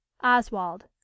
Oswald